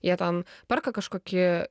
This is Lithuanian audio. jie ten perka kažkokį